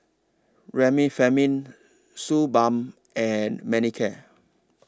Remifemin Suu Balm and Manicare